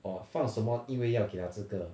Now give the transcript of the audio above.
or 放什么因为要给他这个